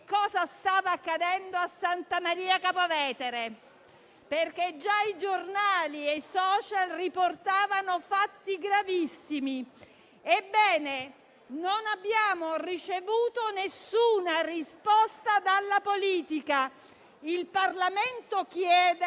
cosa stava accadendo a Santa Maria Capua Vetere, perché già i giornali e i *social* riportavano fatti gravissimi. Ebbene, non abbiamo ricevuto alcuna risposta dalla politica: il Parlamento chiede,